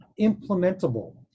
implementable